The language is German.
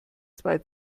zwei